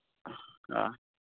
ᱦᱳᱭ